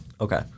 Okay